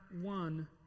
one